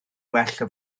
well